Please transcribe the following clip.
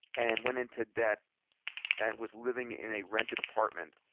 and went into debt and was living in a rented apartment,